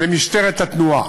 למשטרת התנועה,